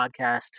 podcast